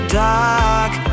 dark